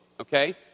okay